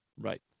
right